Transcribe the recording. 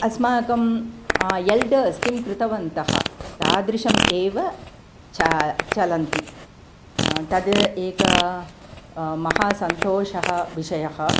अस्माकम् एल्डर्स् किं कृतवन्तः तादृशम् एव चा चलन्ति तद् एकः महासन्तोषस्य विषयः